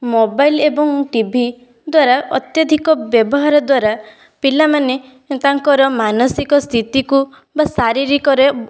mobile ଏବଂ TV ଦ୍ବାରା ଅତ୍ୟଧିକ ବ୍ୟବହାର ଦ୍ବାରା ପିଲାମାନେ ତାଙ୍କର ମାନସିକ ସ୍ଥିତିକୁ ବା ଶାରୀରିକରେ